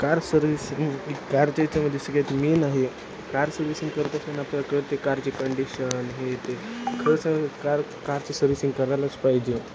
car servicing कारच्या याच्यामध्ये सगळ्यात मेन आहे कार सर्व्हिसिंग करताना आपल्या कळते कारची कंडिशन हे ते खरं सांगू कार कारची सर्व्हिसिंग करायलाच पाहिजे